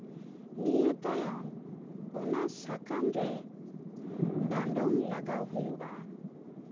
ᱱᱤᱭᱟᱹ ᱛᱟᱭᱚᱢ ᱚᱱᱟ ᱥᱟᱠᱟᱢ ᱨᱮ ᱰᱟᱲᱚᱢ ᱞᱟᱜᱟᱣ ᱦᱩᱭᱩᱜᱼᱟ